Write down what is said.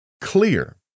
clear